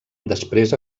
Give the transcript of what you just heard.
després